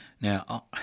Now